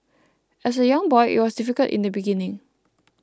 as a young boy it was difficult in the beginning